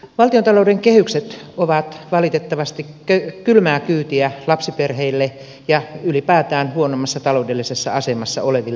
valtiontalouden kehykset ovat valitettavasti kylmää kyytiä lapsiperheille ja ylipäätään huonommassa taloudellisessa asemassa oleville ihmisille